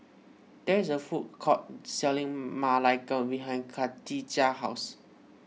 there is a food court selling Ma Lai Gao behind Kadijah's house